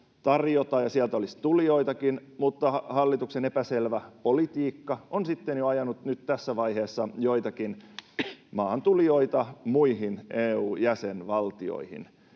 ja sieltä olisi tulijoitakin, mutta hallituksen epäselvä politiikka on ajanut nyt tässä vaiheessa joitakin maahantulijoita muihin EU-jäsenvaltioihin.